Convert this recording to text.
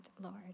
Lord